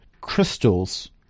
crystals